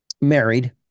married